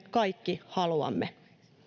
kaikki haluamme